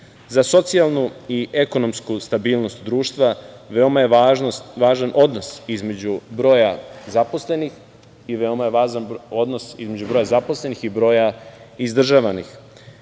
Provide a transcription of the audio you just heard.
socijalnu i ekonomsku stabilnost društva veoma je važan odnos između broja zaposlenih i veoma je važan